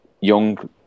young